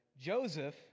Joseph